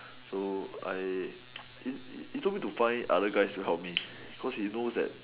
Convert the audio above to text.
so I it told me to find others guys to help me because he knows that